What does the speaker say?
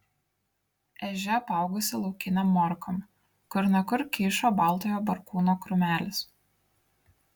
ežia apaugusi laukinėm morkom kur ne kur kyšo baltojo barkūno krūmelis